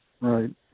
Right